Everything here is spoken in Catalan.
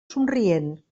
somrient